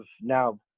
now